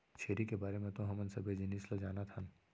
छेरी के बारे म तो हमन सबे जिनिस ल जानत हन